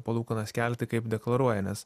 palūkanas kelti kaip deklaruoja nes